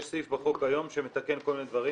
יש סעיף היום בחוק שמתקן כל מיני דברים.